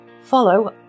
follow